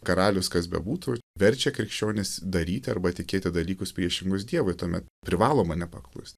karalius kas bebūtų verčia krikščionis daryti arba tikėti dalykus priešingus dievui tuomet privaloma nepaklust